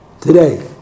today